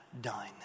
done